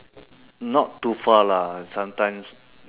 not too far lah sometimes